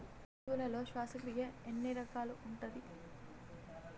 జంతువులలో శ్వాసక్రియ ఎన్ని రకాలు ఉంటది?